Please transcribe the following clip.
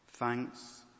Thanks